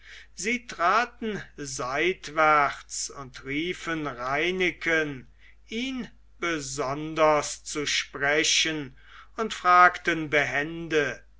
sie traten seitwärts und riefen reineken ihn besonders zu sprechen und fragten behende